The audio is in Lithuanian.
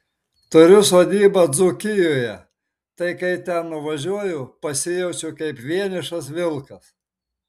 turiu sodybą dzūkijoje tai kai ten nuvažiuoju pasijaučiu kaip vienišas vilkas